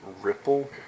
ripple